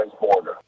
border